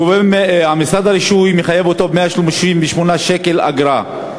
משרד הרישוי מחייב אותו ב-138 שקלים אגרה.